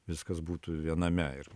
viskas būtų viename ir